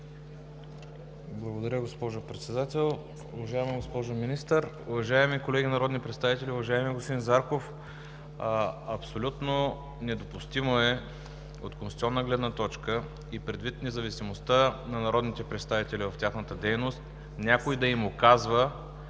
Благодаря, госпожо Председател. Уважаема госпожо Министър, уважаеми колеги народни представители, уважаеми господин Зарков! Абсолютно недопустимо е от конституционна гледна точка и предвид независимостта на народните представители в тяхната дейност някой да им указва,